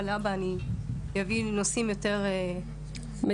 ולהבא אני אביא נושאים יותר --- מצוין,